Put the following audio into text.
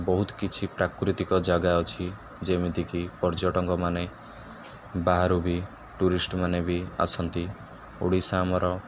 ବହୁତ କିଛି ପ୍ରାକୃତିକ ଜାଗା ଅଛି ଯେମିତିକି ପର୍ଯ୍ୟଟକମାନେ ବାହାରୁ ବି ଟୁରିଷ୍ଟମାନେ ବି ଆସନ୍ତି ଓଡ଼ିଶା ଆମର